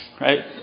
right